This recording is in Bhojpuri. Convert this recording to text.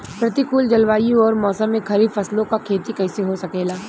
प्रतिकूल जलवायु अउर मौसम में खरीफ फसलों क खेती कइसे हो सकेला?